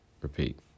repeat